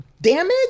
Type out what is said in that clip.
damage